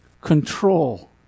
control